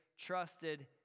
trusted